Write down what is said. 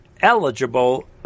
eligible